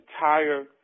entire